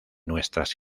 nuestras